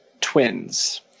twins